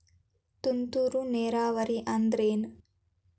ತುಂತುರು ನೇರಾವರಿ ಅಂದ್ರ ಏನ್?